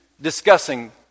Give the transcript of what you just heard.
discussing